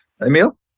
Emil